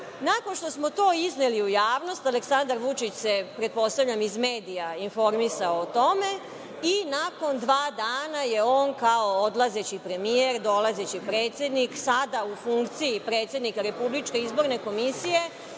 što smo to izneli u javnost Aleksandar Vučić se, pretpostavljam, iz medija informisao o tome i nakon dva dana je on kao odlazeći premijer, dolazeći predsednik, sada u funkciji predsednika RIK-a zakazao sednicu